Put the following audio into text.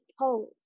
pose